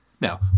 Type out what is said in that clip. Now